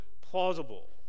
plausible